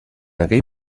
aquell